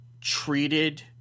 treated